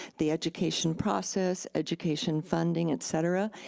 the education process, education funding, et cetera.